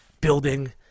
Building